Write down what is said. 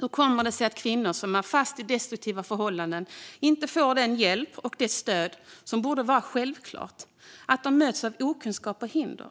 Hur kommer det sig att kvinnor som är fast i destruktiva förhållanden inte får den hjälp och det stöd som borde vara självklart utan möts av okunskap och hinder?